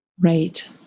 right